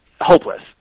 hopeless